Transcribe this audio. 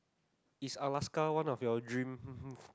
is Alaska one of your dream